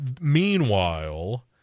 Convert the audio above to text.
meanwhile